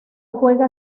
juega